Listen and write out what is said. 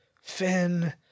Finn